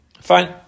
Fine